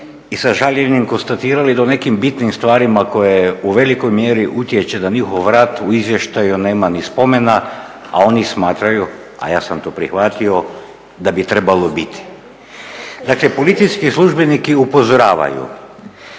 i sa žaljenjem konstatirali da u nekim bitnim stvarima koje u velikoj mjeri utječe na njihov rad u izvještaju nema ni spomena, a oni smatraju, a ja sam to prihvatio, da bi trebalo biti. Dakle, policijski službenici upozoravaju